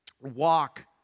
walk